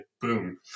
Boom